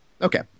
Okay